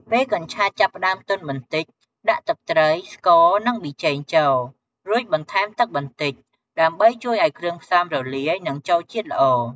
ពេលកញ្ឆែតចាប់ផ្តើមទន់បន្តិច ដាក់ ទឹកត្រី ស្ករ និង ប៊ីចេង ចូល រួចបន្ថែមទឹកបន្តិច ដើម្បីជួយឲ្យគ្រឿងផ្សំរលាយ និងចូលជាតិល្អ។